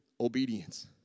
obedience